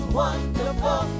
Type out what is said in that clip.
wonderful